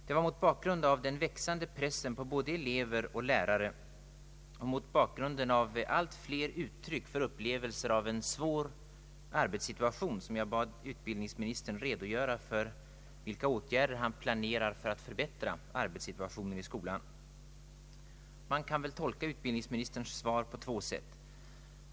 Det var mot bakgrunden av den växande pressen på både elever och lärare och mot bakgrunden av allt fler uttryck för upplevelser av en svår arbetssituation som jag bad utbildningsministern redogöra för vilka åtgärder han planerar för att förbättra arbetssituationen i skolan. Man kan väl tolka utbildningsministerns svar på två sätt.